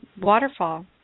waterfall